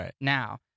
now